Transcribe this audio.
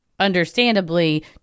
understandably